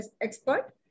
expert